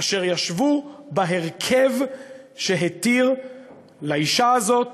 אשר ישבו בהרכב שהתיר לאישה הזאת,